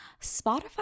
Spotify